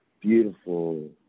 beautiful